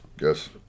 Yes